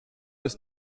ist